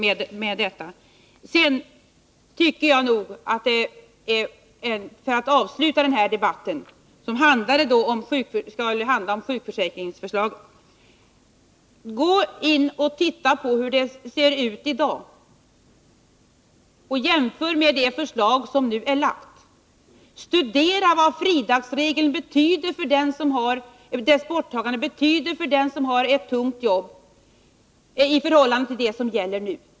Som avslutning på den här debatten, som skulle handla om sjukförsäkringsförslaget, vill jag uppmana Birgitta Dahl att titta på hur det ser ut i dag. Jämför med det förslag som nu är framlagt! Studera vad borttagandet av fridagsregeln betyder för den som har ett tungt jobb i förhållande till det som gäller nu!